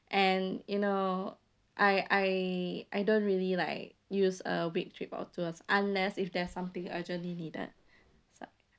and you know I I I don't really like use a week trip or tours unless if there's something urgently needed